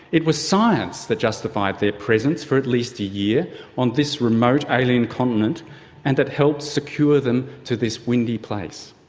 it was science that justified their presence for at least a year on this remote alien continent and that helped secure them to this windy place.